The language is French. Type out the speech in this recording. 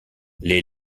les